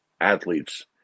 athletes